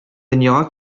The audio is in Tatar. дөньяга